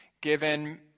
given